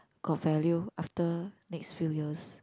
got value after next few years